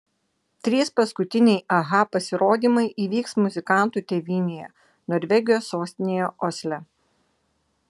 trys paskutiniai aha pasirodymai įvyks muzikantų tėvynėje norvegijos sostinėje osle